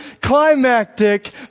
climactic